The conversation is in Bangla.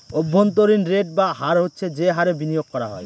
অভ্যন্তরীন রেট বা হার হচ্ছে যে হারে বিনিয়োগ করা হয়